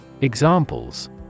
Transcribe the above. Examples